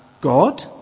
God